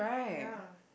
ya